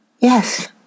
Yes